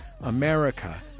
America